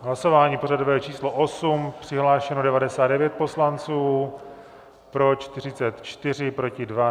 Hlasování pořadové číslo 8, přihlášeno 99 poslanců, pro 44, proti 2.